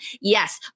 Yes